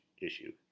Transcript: issue